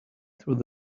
through